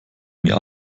mir